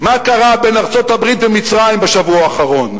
מה קרה בין ארצות-הברית למצרים בשבוע האחרון.